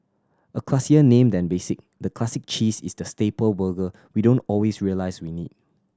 a classier name than basic the Classic Cheese is the staple burger we don't always realise we need